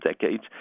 decades